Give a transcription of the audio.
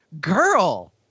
girl